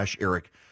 Eric